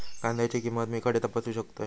कांद्याची किंमत मी खडे तपासू शकतय?